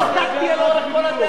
שתקתי לאורך כל הדרך,